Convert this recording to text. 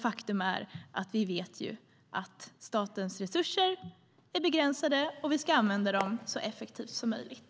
Det är ett faktum att statens resurser är begränsade, och vi ska använda dem så effektivt som möjligt.